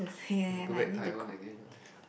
you go back Taiwan again